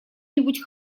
нибудь